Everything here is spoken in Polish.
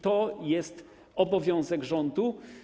To jest obowiązek rządu.